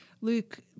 Luke